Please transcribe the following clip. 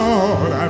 Lord